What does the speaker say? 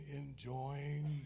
enjoying